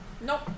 Nope